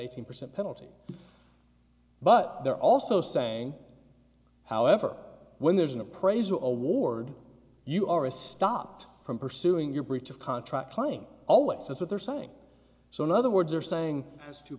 eighteen percent penalty but they're also saying however when there's an appraisal award you are a stopped from pursuing your breach of contract claim always that's what they're saying so in other words are saying has t